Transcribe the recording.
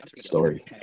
story